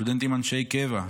סטודנטים אנשי קבע,